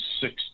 six